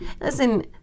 Listen